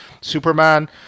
Superman